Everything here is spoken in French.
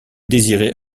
désirez